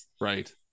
Right